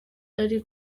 ari